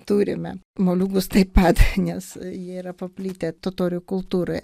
turime moliūgus taip pat nes jie yra paplitę totorių kultūroj